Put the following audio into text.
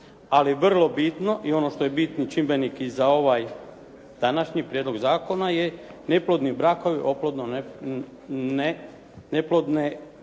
je vrlo bitno i ono što je bitan čimbenik i za ovaj današnji prijedlog zakona neplodni brakovi, neplodne